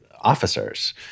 officers